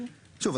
שוב,